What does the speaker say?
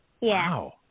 Wow